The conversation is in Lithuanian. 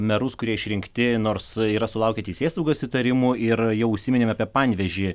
merus kurie išrinkti nors yra sulaukę teisėsaugos įtarimų ir jau užsiminėm apie panevėžį